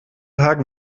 tag